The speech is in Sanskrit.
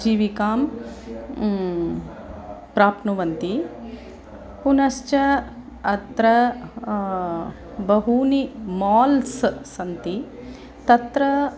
जीविकां प्राप्नुवन्ति पुनश्च अत्र बहूनि माल्स् सन्ति तत्र